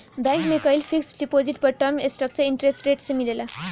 bank में कईल fixed deposit पर टर्म स्ट्रक्चर्ड इंटरेस्ट रेट से मिलेला